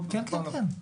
כן, כן, כן.